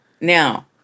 now